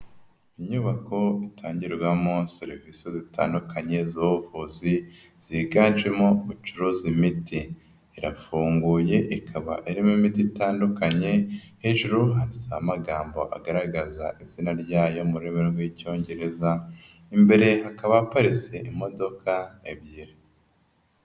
Inyubako itangirwamo serivisi zitandukanye z'ubuvuzi, ziganjemo gucuruza imiti. Irafunguye ikaba irimo imiti itandukanye, hejuru handitseho amagambo agaragaza izina ryayo mu rurimi rw'Icyongereza, imbere hakaba haparitse imodoka ebyiri.